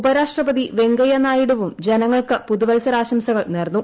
ഉപരാഷ്ട്രപതി വെങ്കയ്യ നായിഡുവൂക് ജനങ്ങൾക്ക് പുതുവത്സരാശംസകൾ നേർന്നു